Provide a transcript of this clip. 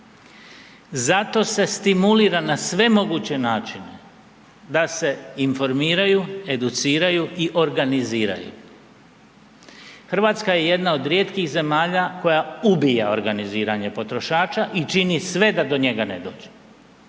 Zato se stimulira na sve moguće načine da se informiraju, educiraju i organiziraju. Hrvatska je jedna od rijetkih zemalja koja ubija organiziranje potrošača i čini sve da do njega ne dođe.